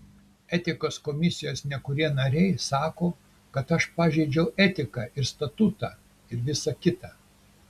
etikos komisijos nekurie nariai sako kad aš pažeidžiau etiką ir statutą ir visa kita